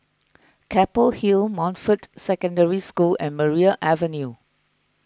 Keppel Hill Montfort Secondary School and Maria Avenue